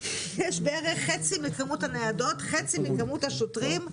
יש בערך חצי מכמות הניידות, חצי מכמות השוטרים?